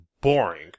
boring